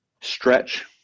stretch